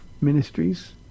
ministries